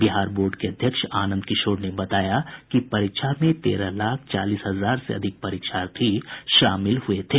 Bihar board के अध्यक्ष आनंद किशोर ने बताया कि परीक्षा में तेरह लाख चालीस हजार से अधिक परीक्षार्थी शामिल हुए थे